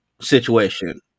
situation